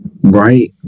Right